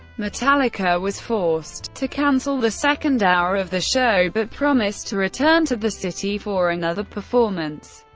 metallica was forced to cancel the second hour of the show, but promised to return to the city for another performance.